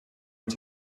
els